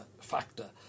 factor